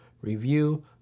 review